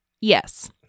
Yes